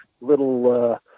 little